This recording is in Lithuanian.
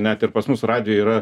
net ir pas mus radijuj yra